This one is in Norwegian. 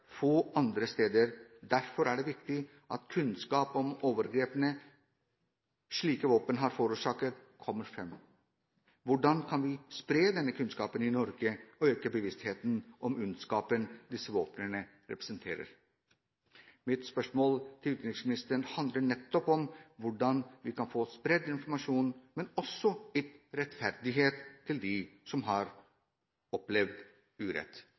få andre gjort, men det er derfor viktig at kunnskap om hvilke overgrep slike våpen har forårsaket, kommer fram. Hvordan kan vi spre denne kunnskapen i Norge og øke bevisstheten om ondskapen disse våpnene representerer? Mitt spørsmål til utenriksministeren handler om hvordan vi kan få spredd informasjon, men også ytt rettferdighet til dem som har opplevd urett.